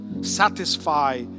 satisfy